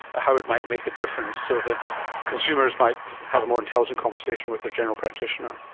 how it might make a difference so that consumers might have a more intelligent conversation with their general practitioner?